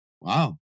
Wow